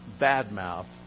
badmouth